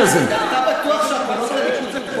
זה הבוחר הישראלי.